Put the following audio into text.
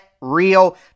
real